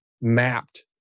mapped